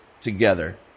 together